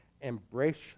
Embrace